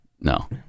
no